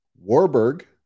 Warburg